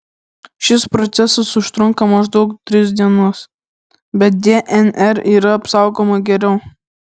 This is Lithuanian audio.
šis procesas užtrunka maždaug tris dienas bet dnr yra apsaugoma geriau